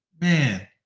man